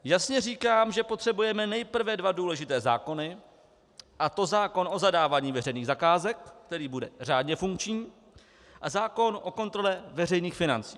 Jasně říkám, že potřebujeme nejprve dva důležité zákony, a to zákon o zadávání veřejných zakázek, který bude řádně funkční, a zákon o kontrole veřejných financí.